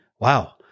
Wow